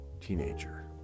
teenager